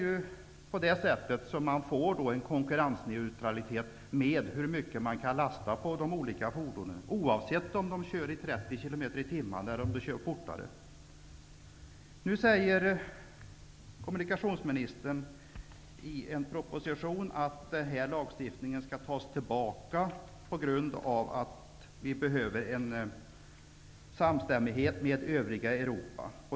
Det är på detta sätt som man får en konkurrensneutralitet i fråga om hur mycket man kan lasta på de olika fordonen, oavsett om de kör i 30 km/tim eller fortare. Nu säger kommunikationsministern i en proposition att denna lagstiftning skall tas tillbaka på grund av att vi behöver en samstämmighet med övriga Europa.